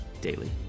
daily